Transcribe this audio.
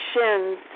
shins